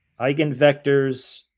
eigenvectors